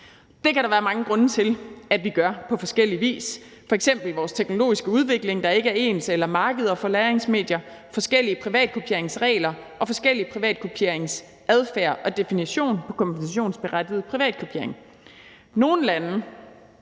Det kan være mange grunde til at vi gør på forskellig vis, f.eks. vores teknologiske udvikling, der ikke er ens, eller markeder for lagringsmedier, forskellige privatkopieringsregler og en forskellig privatkopieringsadfærd og definition på kompensationsberettiget privatkopiering. Nogle lande,